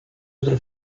otro